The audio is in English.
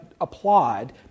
applied